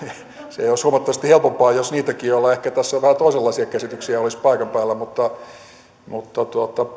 se olisi huomattavasti helpompaa jos niitäkin joilla ehkä tässä on vähän toisenlaisia käsityksiä olisi paikan päällä mutta